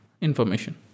information